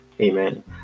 amen